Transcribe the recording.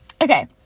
Okay